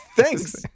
thanks